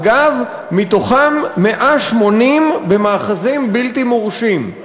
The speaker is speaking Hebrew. אגב, 180 מהן במאחזים בלתי מורשים.